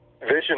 vision